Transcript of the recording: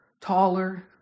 taller